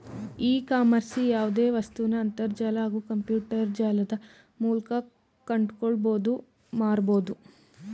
E ಕಾಮರ್ಸ್ಲಿ ಯಾವ್ದೆ ವಸ್ತುನ ಅಂತರ್ಜಾಲ ಹಾಗೂ ಕಂಪ್ಯೂಟರ್ಜಾಲದ ಮೂಲ್ಕ ಕೊಂಡ್ಕೊಳ್ಬೋದು ಅತ್ವ ಮಾರ್ಬೋದು